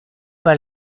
pas